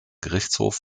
gerichtshof